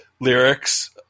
lyrics